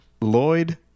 Lloyd